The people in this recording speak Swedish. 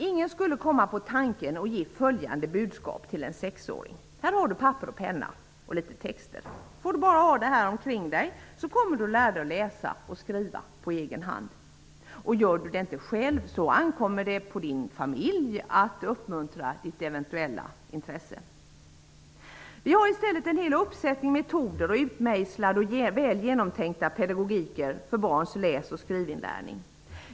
Ingen skulle komma på tanken att ge följande budskap till en sexåring: Här har du papper, penna och lite texter. Får du bara ha det här omkring dig kommer du att lära dig läsa och skriva på egen hand. Gör du det inte själv ankommer det på din familj att uppmuntra ditt eventuella intresse. Vi har i stället en hel uppsättning metoder och utmejslade, väl genomtänkta pedagogiker för barns läs och skrivinlärning.